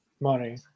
money